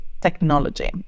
technology